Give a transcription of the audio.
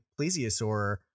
plesiosaur